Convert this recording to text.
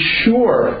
sure